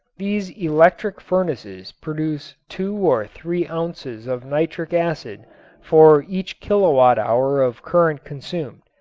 these electric furnaces produce two or three ounces of nitric acid for each kilowatt-hour of current consumed.